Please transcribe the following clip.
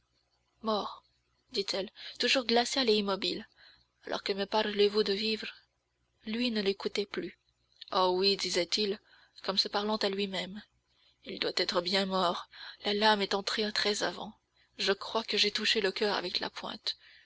dit-elle toujours glaciale et immobile alors que me parlez-vous de vivre lui ne l'écoutait pas oh oui disait-il comme se parlant à lui-même il doit être bien mort la lame est entrée très avant je crois que j'ai touché le coeur avec la pointe